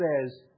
says